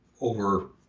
over